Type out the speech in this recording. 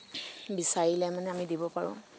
বিচাৰিলে মানে আমি দিব পাৰো